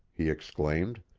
he exclaimed.